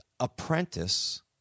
apprentice